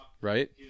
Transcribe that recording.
Right